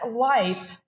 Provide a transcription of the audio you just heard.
life